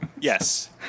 Yes